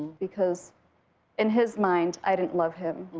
because in his mind, i didn't love him.